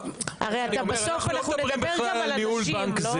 הרי אתה בסוף אנחנו נדבר גם על הנשים, לא?